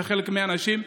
וחלק מהאנשים.